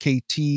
KT